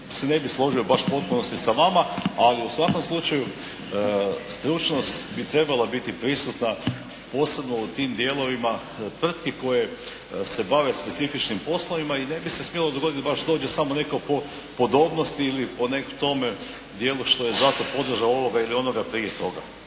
se ne bi složio baš u potpunosti sa vama ali u svakom slučaju stručnost bi trebala biti prisutna posebno u tim dijelovima tvrtki koje se bave specifičnim poslovima i ne bi se smjelo dogoditi da baš dođe samo netko po podobnosti ili po tome dijelu što je znatno podložan ovome ili onoga prije toga.